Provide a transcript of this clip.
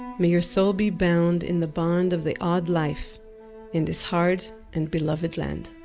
may your soul be bound in the bond of the odd life in this hard and beloved land